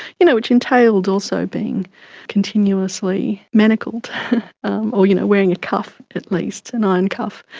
you know which entailed also being continuously manacled um or you know wearing a cuff at least, and iron cuff,